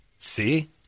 See